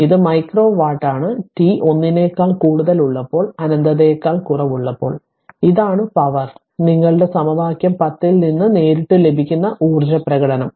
അതിനാൽ ഇത് മൈക്രോ വാട്ടാണ് t 1 നേക്കാൾ കൂടുതൽ ഉള്ളപ്പോൾ അനന്തതയേക്കാൾ കുറവുള്ളപ്പോൾ ഇതാണ് പവർ നിങ്ങളുടെ സമവാക്യം 10 ൽ നിന്ന് നേരിട്ട് ലഭിക്കുന്ന ഊർജ്ജപ്രകടനം